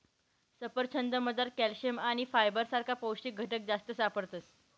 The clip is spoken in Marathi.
सफरचंदमझार कॅल्शियम आणि फायबर सारखा पौष्टिक घटक जास्त सापडतस